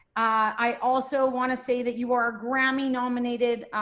i also want to say that you are grammy nominated.